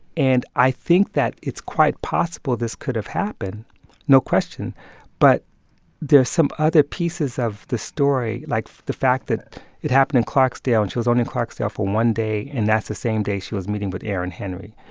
and i think that it's quite possible this could have happened no question but there are some other pieces of the story, like the fact that it happened in clarksdale, and she was only in clarksdale for one day. and that's the same day she was meeting with aaron henry.